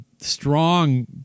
strong